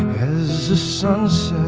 his sons